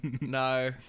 no